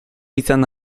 izan